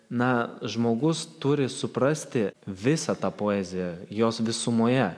na žmogus turi suprasti visą tą poeziją jos visumoje